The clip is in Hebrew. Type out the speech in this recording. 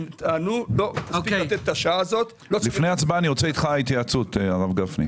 לפני ההצבעה, אני רוצה איתך התייעצות.